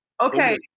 Okay